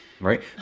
Right